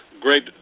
great